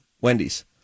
Wendy's